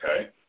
Okay